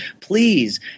Please